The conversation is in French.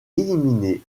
éliminées